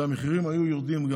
וגם המחירים היו יורדים.